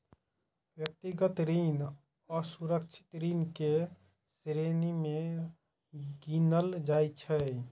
व्यक्तिगत ऋण असुरक्षित ऋण के श्रेणी मे गिनल जाइ छै